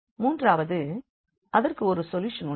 மூன்றாவது அதற்கு ஒரு சொல்யூஷன் உண்டு